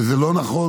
וזה לא נכון.